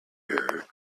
here